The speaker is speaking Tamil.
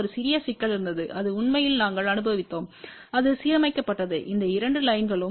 ஒரு சிறிய சிக்கல் இருந்தது அது உண்மையில் நாங்கள் அனுபவித்தோம் அது சீரமைக்கப்பட்டது இந்த இரண்டு லைன்களும் 5